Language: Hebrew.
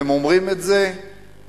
הם אומרים את זה ב"קוטג'",